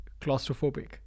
claustrophobic